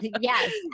Yes